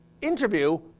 interview